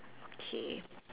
K